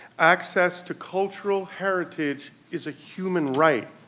access to cultural heritage is a human right,